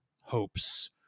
hopes